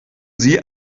sie